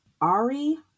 Ari